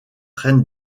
reine